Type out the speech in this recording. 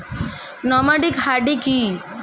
Nomadic hardy কি?